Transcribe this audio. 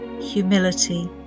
humility